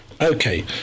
Okay